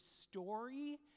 story